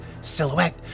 silhouette